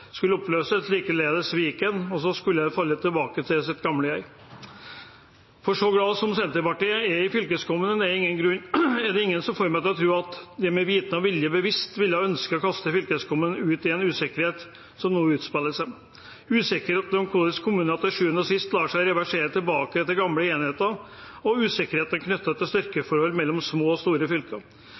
skulle oppløses, likeledes Viken, og så skulle det falle tilbake til sitt gamle jeg. Så glad som Senterpartiet er i Fylkeskommunen er det ingen som får meg til tro at de med viten og vilje bevisst ville ønsket å kaste fylkeskommunen ut i den usikkerheten som nå utspiller seg – usikkerhet om hvordan kommunene til sjuende og sist lar seg reversere tilbake til gamle enheter, og usikkerhet knyttet til styrkeforholdet mellom små og store fylker.